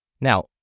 Now